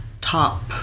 top